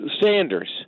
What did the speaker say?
Sanders